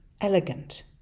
elegant